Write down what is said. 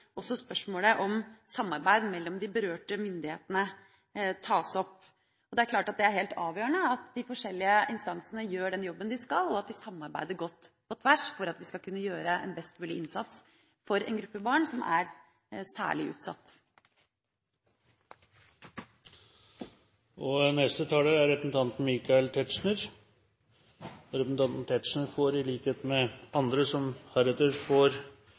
klart at det er helt avgjørende at de forskjellige instansene gjør den jobben de skal, og at de samarbeider godt på tvers, for at vi skal gjøre en best mulig innsats for en gruppe barn som er særlig utsatt. De talere som heretter får ordet, har en taletid på inntil 3 minutter. Jeg tillater meg å gripe fatt i menneskehandelen som